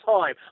time